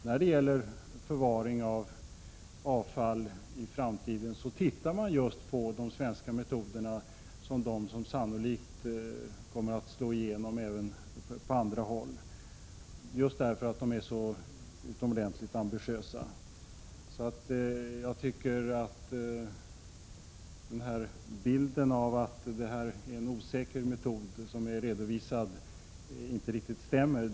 När det gäller förvaring av avfall i framtiden ser man just de svenska metoderna som de som sannolikt kommer att slå igenom även på andra håll, just därför att de är så utomordentligt ambitiösa. Därför tycker jag att bilden av att detta är en osäker metod inte riktigt stämmer.